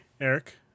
Eric